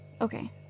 Okay